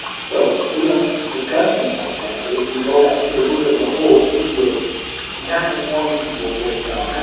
so we don't discuss things like that but if we go back to the root of the whole issue of not informing people of what it's about,